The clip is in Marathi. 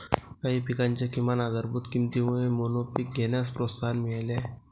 काही पिकांच्या किमान आधारभूत किमतीमुळे मोनोपीक घेण्यास प्रोत्साहन मिळाले आहे